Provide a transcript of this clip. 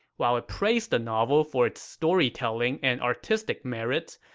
while it praised the novel for its storytelling and artistic merits,